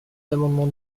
l’amendement